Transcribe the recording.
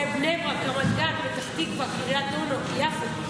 זה בני ברק, רמת גן, פתח תקווה, קריית אונו, יפו.